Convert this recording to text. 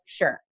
sure